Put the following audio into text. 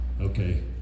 Okay